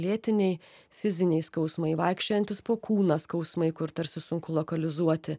lėtiniai fiziniai skausmai vaikščiojantys po kūną skausmai kur tarsi sunku lokalizuoti